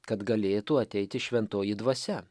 kad galėtų ateiti šventoji dvasia